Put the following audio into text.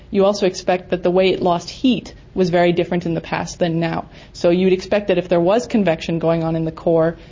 you also expect that the way it lost heat was very different in the past than now. so you would expect that if there was convection going on in the core,